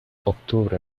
octubre